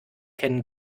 kennen